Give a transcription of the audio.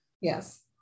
yes